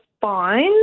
fine